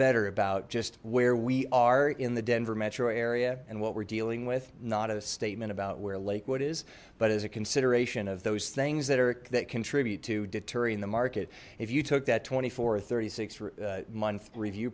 better about just where we are in the denver metro area and what we're dealing with not a statement about where lakewood is but as a consideration of those things that are that contribute to deterring the market if you took that twenty four or thirty six month review